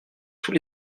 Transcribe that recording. tous